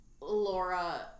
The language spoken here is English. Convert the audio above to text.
Laura